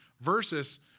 versus